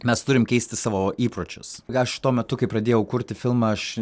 mes turim keisti savo įpročius ką aš tuo metu kai pradėjau kurti filmą aš